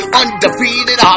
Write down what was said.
undefeated